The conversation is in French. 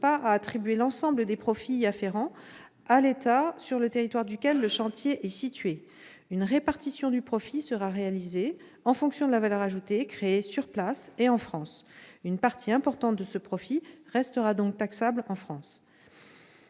à attribuer l'ensemble des profits y afférent à l'État sur le territoire duquel le chantier est situé. Une répartition du profit sera réalisée en fonction de la valeur ajoutée créée sur place et en France. Une partie importante de ce profit restera donc taxable en France.